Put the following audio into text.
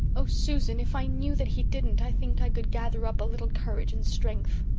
oh, susan, if i knew that he didn't i think i could gather up a little courage and strength.